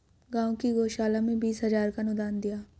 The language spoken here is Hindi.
गांव की गौशाला में बीस हजार का अनुदान दिया